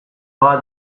bat